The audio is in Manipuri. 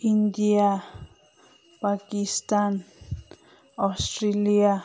India Pakistan Australia